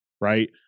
right